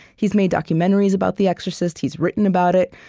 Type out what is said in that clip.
he's made documentaries about the exorcist he's written about it,